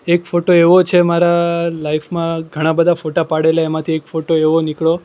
એક ફોટો એવો છે મારા લાઈફમાં ઘણા બધા ફોટા પડેલા એમાંથી એક ફોટો એવો નીકળ્યો